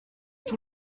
tout